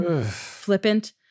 flippant